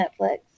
Netflix